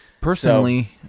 Personally